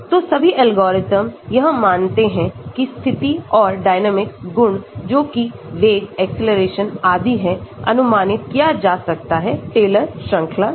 तो सभी एल्गोरिदम यह मानते हैं कि स्थिति और डायनेमिक गुण जो कि वेग acceleration आदि हैं अनुमानित किया जा सकता है टेलर श्रृंखला से